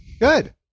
Good